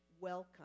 welcome